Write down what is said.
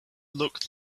looked